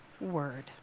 word